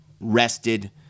rested